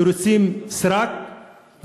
תירוצי סרק,